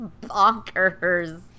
bonkers